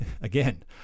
again